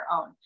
own